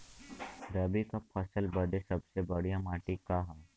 रबी क फसल बदे सबसे बढ़िया माटी का ह?